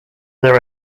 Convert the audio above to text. there